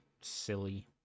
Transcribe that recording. silly